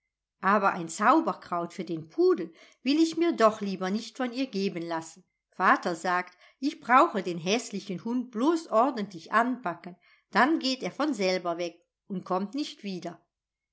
aber ein zauberkraut für den pudel will ich mir doch lieber nicht von ihr geben lassen vater sagt ich brauche den häßlichen hund blos ordentlich anpacken dann geht er von selber weg und kommt nicht wieder